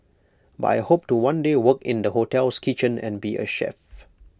but I hope to one day work in the hotel's kitchen and be A chef